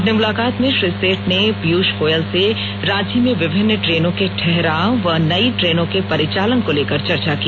अपनी मुलाकात में श्री सेठ ने पीयूष गोयल से रांची में विभिन्न ट्रेनों के ठहराव व नई ट्रेनों के परिचालन को लेकर चर्चा की